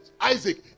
isaac